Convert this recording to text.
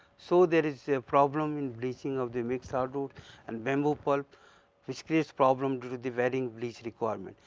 so, there is a problem in bleaching of the mixed hardwood and bamboo pulp which creates problem due to the varying bleach requirement.